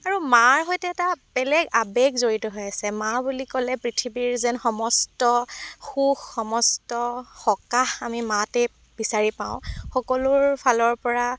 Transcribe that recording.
আৰু মাৰ সৈতে এটা বেলেগ আবেগ জড়িত হৈ আছে মা বুলি ক'লে পৃথিৱীৰ যেন সমস্ত সুখ সমস্ত সকাহ আমি মাতে বিচাৰি পাওঁ সকলোৰ ফালৰ পৰা